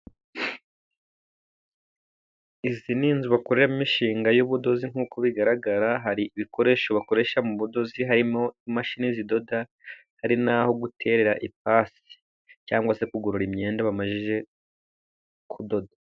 Izi ni inzu bakoreramo imishinga y'ubudozi, nkuko bigaragara hari ibikoresho bakoresha mu budozi, harimo imashini zidoda, hari n'aho guterera ipasi. Cyangwa se kugorora imyenda bamaze kudoda.